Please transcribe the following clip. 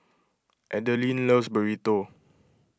Adilene loves Burrito